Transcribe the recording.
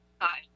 Hi